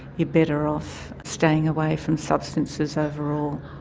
you're better off staying away from substances overall.